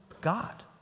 God